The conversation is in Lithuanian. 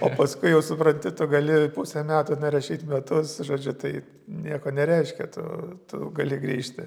o paskui jau supranti tu gali pusę metų nerašyt metus žodžiu tai nieko nereiškia tu tu gali grįžti